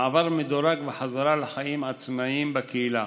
מעבר מדורג וחזרה לחיים עצמאיים בקהילה,